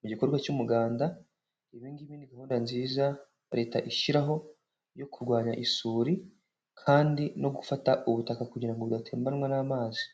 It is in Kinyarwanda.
mu gikorwa cy'umuganda. Ibingibi ni gahunda nziza leta ishyiraho yo kurwanya isuri kandi no gufata ubutaka kugira ngo budatembanwa n'amazi.